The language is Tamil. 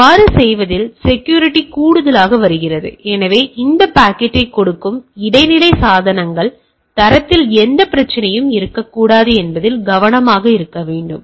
அவ்வாறு செய்வதில் செக்யூரிட்டி கூடுதலாக வருகிறது எனவே இந்த பாக்கெட்டைக் கொடுக்கும் இடைநிலை சாதனங்கள் தரத்தில் எந்த பிரச்சனையும் இருக்கக்கூடாது என்பதில் கவனமாக இருக்க வேண்டும்